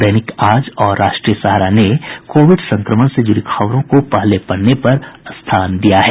दैनिक आज और राष्ट्रीय सहारा ने कोविड संक्रमण से जुड़ी खबरों को पहले पन्ने पर प्रकाशित किया है